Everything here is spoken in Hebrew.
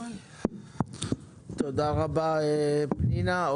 תודה רבה, פנינה.